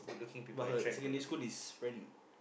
but her secondary school this friend